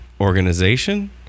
organization